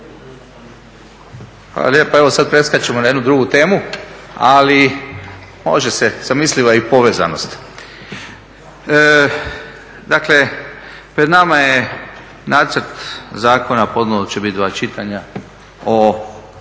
Hvala lijepa. Evo sada preskačemo na jednu dugu temu, ali može se zamisliva je i povezanost. Dakle pred nama je nacrt zakona i ponovo će biti dva čitanja o